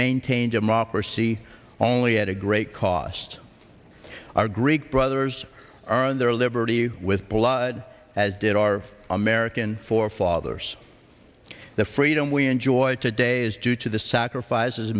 maintain democracy only at a great cost our greek brothers are in their liberty with blood as did our american forefathers the freedom we enjoy today is due to the sacrifices